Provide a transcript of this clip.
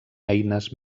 eines